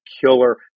killer